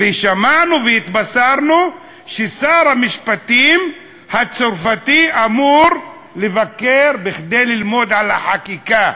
ושמענו והתבשרנו ששר המשפטים הצרפתי אמור לבקר כדי ללמוד על החקיקה,